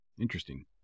Interesting